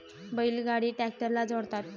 बैल गाडी ट्रॅक्टरला जोडतात